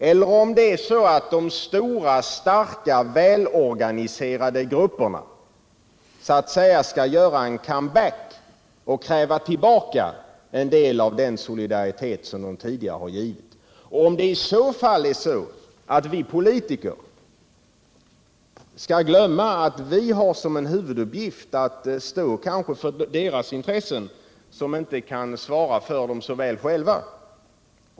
Eller är det så att de stora, starka, väl organiserade grupperna så att säga skall göra comeback och kräva tillbaka en del av den solidaritet som de tidigare har givit? Kommer vi politiker i så fall att glömma bort att vi har som en huvuduppgift att stå för deras intressen som inte kan svara för dem så väl själva?